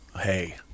hey